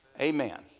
Amen